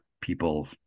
people